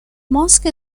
mosque